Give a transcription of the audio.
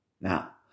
Now